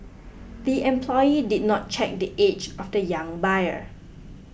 the employee did not check the age of the young buyer